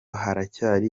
haracyari